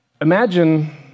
Imagine